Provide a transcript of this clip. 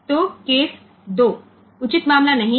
तो केस 2 उचित मामला नहीं है